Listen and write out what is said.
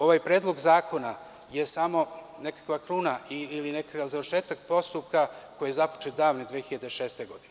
Ovaj predlog zakona je samo nekakva kruna ili nekakav završetak postupka koji je započet davne 2006. godine.